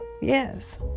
yes